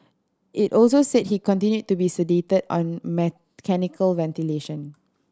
it also said he continued to be sedated on mechanical ventilation